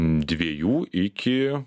dviejų iki